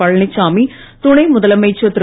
பழனிச்சாமி துணை முதலமைச்சர் திரு